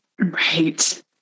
Right